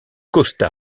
costa